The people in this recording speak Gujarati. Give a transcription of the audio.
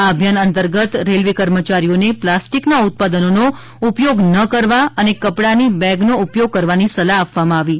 આ અભિયાન અંતર્ગત રેલ્વે કર્મચારીઓને પ્લાસ્ટિકના ઉત્પાદનોનો ઉપયોગ ન કરવા અને કપડ઼ાની બેગનો ઉપયોગ કરવાની સલાહ આપવામાં આવી હતી